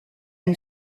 une